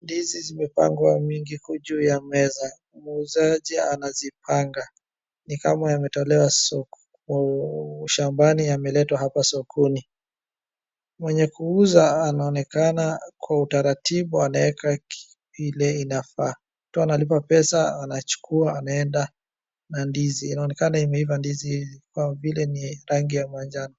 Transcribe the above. Ndizi zimepangwa mingi iko juu ya meza, muuzaji anazipanga ni kama imetolewa shambani imeletwa hapa sokoni, mwenye kuuza anaonekana kwa utaratibu anaeka ile inafaa. Mtu analipa pesa anachukua anaenda na ndizi, inaonekana imeiva ndizi hizi kwa vile ni rangi ya manjano.